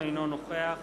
אינו נוכח